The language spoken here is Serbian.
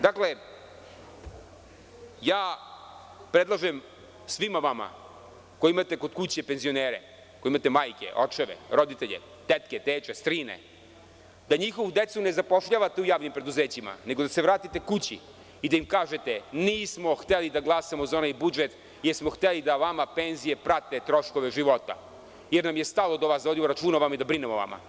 Dakle, ja predlažem svima vama koji imate kod kuće penzionere, koji imate majke, očeve, roditelje, tetke, teče, strine, da njihovu decu ne zapošljavate u javnim preduzećima, nego da se vratite kući i da im kažete – nismo hteli da glasamo za onaj budžet, jer smo hteli da vama penzije prate troškove života, jer nam je stalo do vas, da vodimo računa o vama i da brinemo o vama.